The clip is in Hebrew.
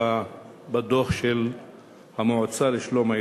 לדיון בדוח של המועצה לשלום הילד.